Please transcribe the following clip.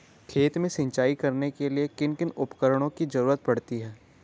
खेत में सिंचाई करने के लिए किन किन उपकरणों की जरूरत पड़ती है?